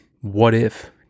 what-if